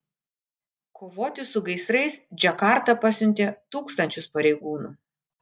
kovoti su gaisrais džakarta pasiuntė tūkstančius pareigūnų